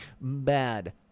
Bad